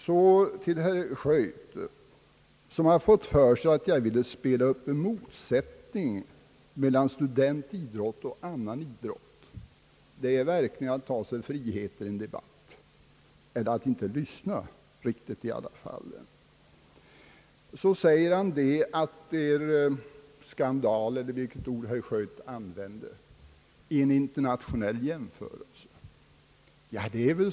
Herr Schött har fått för sig att jag ville spela upp en motsättning mellan studentidrott och annan idrott. Det är verkligen att ta sig friheter i en debatt — eller i varje fall att inte lyssna riktigt. Herr Schött sade att det är en skandal — eller vad det nu var för ord han använde — vid en internationell jämförelse.